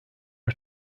are